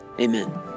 amen